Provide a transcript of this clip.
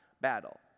battle